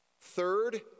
Third